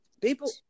people